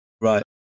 Right